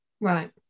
Right